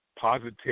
positive